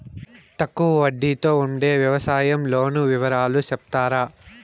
తక్కువ వడ్డీ తో ఉండే వ్యవసాయం లోను వివరాలు సెప్తారా?